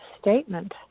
statement